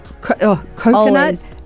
Coconut